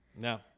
No